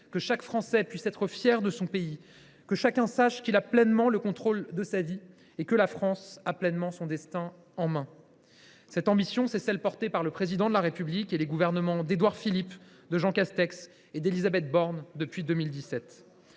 et chaque Français puisse être fier de son pays, que chacun sache qu’il a pleinement le contrôle de sa vie et que la France a pleinement son destin en main. Cette ambition, c’est celle qu’ont portée, depuis 2017, le Président de la République et les gouvernements d’Édouard Philippe, de Jean Castex et d’Élisabeth Borne.